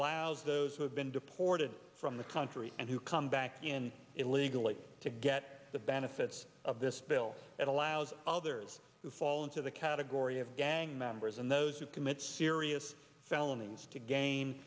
allows those who have been deported from the country and who come back in illegally to get the benefits of this bill that allows other who fall into the category of gang members and those who commit serious felonies to gain